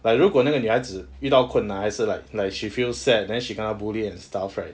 but 如果那个女孩子遇到困难还是 like like she feels sad then she kena bully and stuff right